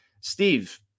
Steve